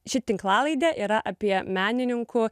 ši tinklalaidė yra apie menininkų